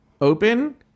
open